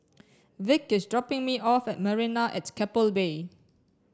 Vic is dropping me off at Marina at Keppel Bay